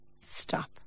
Stop